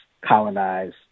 colonize